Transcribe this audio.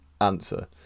answer